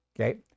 Okay